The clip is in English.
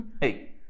Hey